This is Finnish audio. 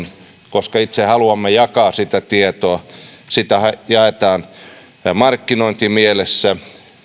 koska itse haluamme jakaa sitä tietoa sitähän jaetaan markkinointimielessä